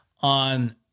on